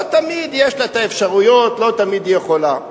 לא תמיד יש לה האפשרויות, לא תמיד היא יכולה.